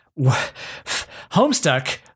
Homestuck